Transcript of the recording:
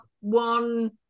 one